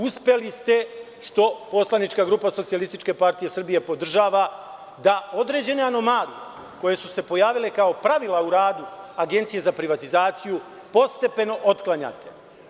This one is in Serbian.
Uspeli ste što poslanička grupa Socijalističke partije Srbije podržava da određene anomalije koje su se pojavile kao pravila u radu Agencije za privatizaciju, postepeno otklanjate.